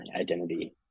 identity